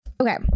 Okay